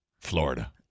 Florida